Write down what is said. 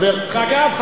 ואגב,